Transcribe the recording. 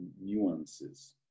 nuances